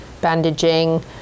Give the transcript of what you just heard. bandaging